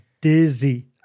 dizzy